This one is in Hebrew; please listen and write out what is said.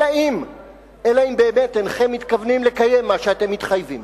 אלא אם כן באמת אינכם מתכוונים לקיים את מה שאתם מתחייבים.